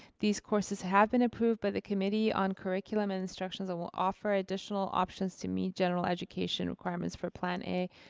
these courses have been approved by the committee on curriculum and instructions and will offer additional options to meet general education requirements for plan a.